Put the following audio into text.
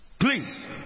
please